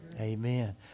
Amen